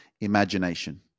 imagination